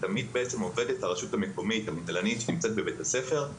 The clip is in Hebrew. הדברים תמיד היו בשיח עם עובדת הרשות המקומית שנמצאת בבית הספר.